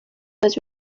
was